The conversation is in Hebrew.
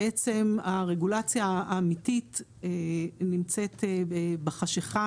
בעם הרגולציה האמיתית נמצאת בחשכה.